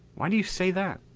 why do you say that?